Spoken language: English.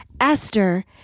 Esther